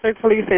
police